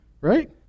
Right